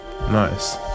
nice